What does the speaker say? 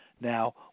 Now